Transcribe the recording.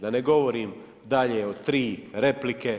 Da ne govorim dalje o tri replike.